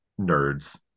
nerds